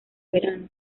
verano